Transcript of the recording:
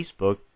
Facebook